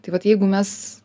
tai vat jeigu mes